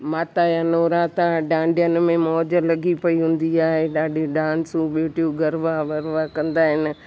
माता जा नौराता डांडियनि में मौज लॻी पई हुंदी आहे ॾाढी डांसूं ॿियूंटू गरिबा वरिबा कंदा आहिनि